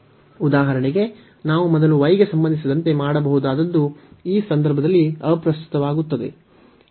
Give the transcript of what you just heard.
ಉದಾಹರಣೆಗೆ ನಾವು ಮೊದಲು y ಗೆ ಸಂಬಂಧಿಸಿದಂತೆ ಮಾಡಬಹುದಾದದ್ದು ಈ ಸಂದರ್ಭದಲ್ಲಿ ಅಪ್ರಸ್ತುತವಾಗುತ್ತದೆ